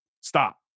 stop